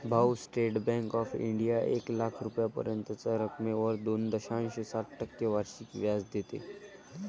भाऊ, State Bank of India एक लाख रुपयांपर्यंतच्या रकमेवर दोन दशांश सात टक्के वार्षिक व्याज देते